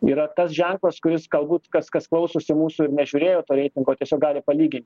yra tas ženklas kuris galbūt kas kas klausosi mūsų ir nežiūrėjo to reitingo tiesiog gali palygint